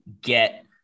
get